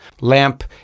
Lamp